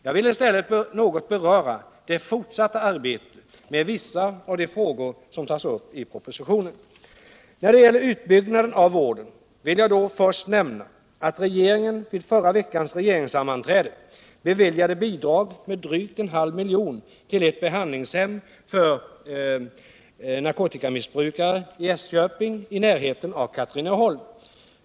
Jag vill i stället något beröra det fortsatta arbetet med vissa av de frågor som tas upp i propositionen. När det gäller utbyggnaden av vården vill jag först nämna att regeringen vid förra veckans regeringssammanträde beviljade bidrag på drygt en halv miljon till ett behandlingshem för narkotikamissbrukare i Äsköping i närheten av Katrineholm.